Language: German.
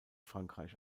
frankreich